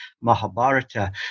Mahabharata